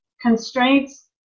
constraints